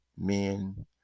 men